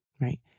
right